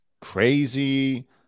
crazy